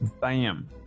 Bam